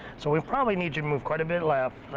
so, we probably need you to move quite a bit left,